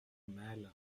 mal